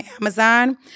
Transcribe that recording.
Amazon